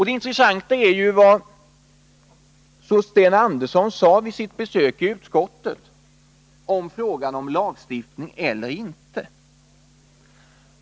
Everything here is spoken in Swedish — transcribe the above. Det intressanta är ju vad Sten Andersson sade om frågan om lagstiftning eller inte vid sitt besök i utskottet.